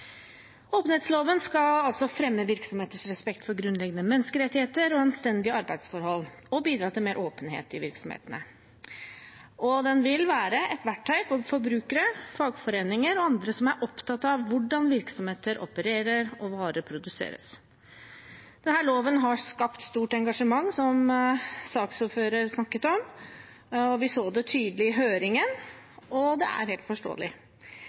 Åpenhetsloven skal altså fremme virksomheters respekt for grunnleggende menneskerettigheter og anstendige arbeidsforhold og bidra til mer åpenhet i virksomhetene. Den vil være et verktøy for forbrukere, fagforeninger og andre som er opptatt av hvordan virksomheter opererer og varer produseres. Denne loven har skapt stort engasjement, som saksordfører snakket om, vi så det tydelig i høringen, og det er helt forståelig.